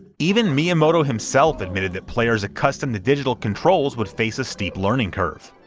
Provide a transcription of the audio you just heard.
even miyamoto himself admitted that players accustomed to digital controls would face a steep learning curve.